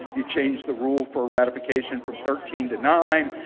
you changed the rule for a ratification from thirteen to nine.